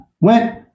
went